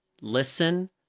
listen